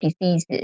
diseases